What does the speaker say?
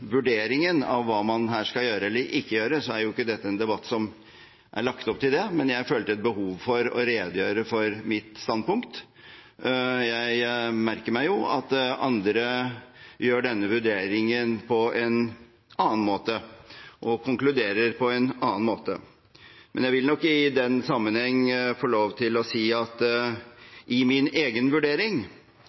vurderingen av hva man her skal gjøre eller ikke gjøre, er jo ikke dette en debatt som har lagt opp til det. Men jeg følte et behov for å redegjøre for mitt standpunkt. Jeg merker meg jo at andre gjør denne vurderingen på en annen måte, og konkluderer på en annen måte. Men jeg vil nok i den sammenheng få lov til å si at i min egen vurdering